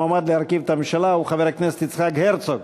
המועמד להרכיב את הממשלה הוא חבר הכנסת יצחק הרצוג.